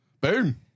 Boom